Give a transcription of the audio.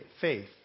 faith